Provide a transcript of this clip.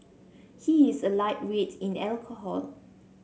he is a lightweight in alcohol